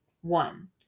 One